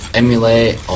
emulate